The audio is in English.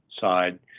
side